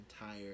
entire